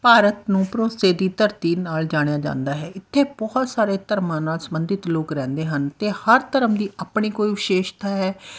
ਭਾਰਤ ਨੂੰ ਭਰੋਸੇ ਦੀ ਧਰਤੀ ਨਾਲ ਜਾਣਿਆ ਜਾਂਦਾ ਹੈ ਇੱਥੇ ਬਹੁਤ ਸਾਰੇ ਧਰਮਾਂ ਨਾਲ ਸੰਬੰਧਿਤ ਲੋਕ ਰਹਿੰਦੇ ਹਨ ਅਤੇ ਹਰ ਧਰਮ ਦੀ ਆਪਣੀ ਕੋਈ ਵਿਸ਼ੇਸ਼ਤਾ ਹੈ